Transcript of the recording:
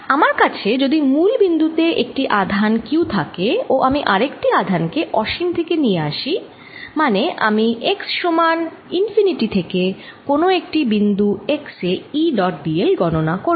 আমার কাছে যদি মূল বিন্দু তে একটি আধান q থাকে ও আমি আরেকটি আধান কে অসীম থেকে নিয়ে আসি মানে আমি x সমান ∞ থেকে কোন একটি বিন্দু x এ E ডট dl গণনা করব